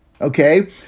okay